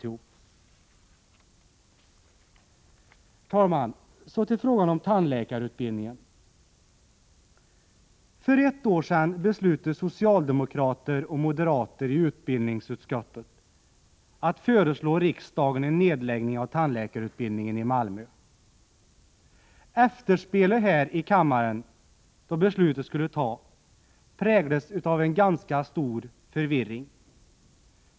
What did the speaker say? Herr talman! Så till frågan om tandläkarutbildningen. För ett år sedan beslutade socialdemokrater och moderater i utbildningsutskottet att föreslå riksdagen en nedläggning av tandläkarutbildningen i Malmö. Efterspelet här i kammaren, då beslutet skulle fattas, präglades av en ganska stor förvirring.